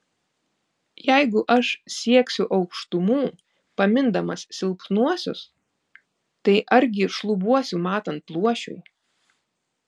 jeigu aš sieksiu aukštumų pamindamas silpnuosius tai argi šlubuosiu matant luošiui